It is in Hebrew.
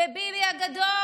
בביבי הגדול,